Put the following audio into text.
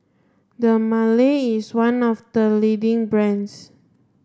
Dermale is one of the leading brands